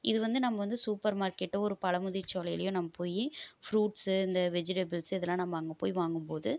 இது வந்து நம்ம வந்து சூப்பர் மார்க்கெட்டோ ஒரு பழமுதிர்ச்சோலையிலையோ நம்ம போய் ஃப்ரூட்ஸு இந்த வெஜிடேபிள்ஸு இதெலாம் நம்ம அங்கே போய் வாங்கும்போது